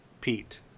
Pete